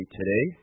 today